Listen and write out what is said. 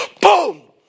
Boom